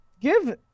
Give